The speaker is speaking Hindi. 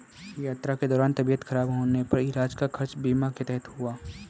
यात्रा के दौरान तबियत खराब होने पर इलाज का खर्च बीमा के तहत हुआ